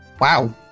Wow